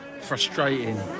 Frustrating